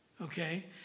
okay